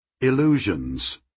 Illusions